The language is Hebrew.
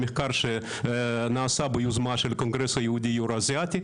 המחקר שנעשה ביוזמה של הקונגרס היהודי 2019,